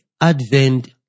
Advent